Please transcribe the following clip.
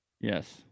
Yes